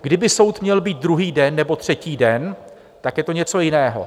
Kdyby soud měl být druhý den nebo třetí den, tak je to něco jiného.